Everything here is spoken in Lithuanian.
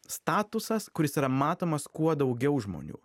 statusas kuris yra matomas kuo daugiau žmonių